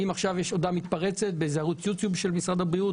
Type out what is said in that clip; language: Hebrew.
אם עכשיו יש הודעה מתפרצת באיזשהו ערוץ יוטיוב של משרד הבריאות,